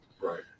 right